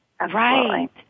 Right